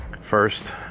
First